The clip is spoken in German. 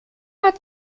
hat